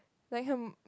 like her